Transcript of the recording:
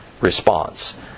response